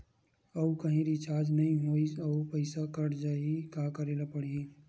आऊ कहीं रिचार्ज नई होइस आऊ पईसा कत जहीं का करेला पढाही?